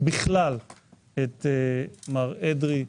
בכלל את מר אדרי.